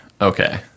Okay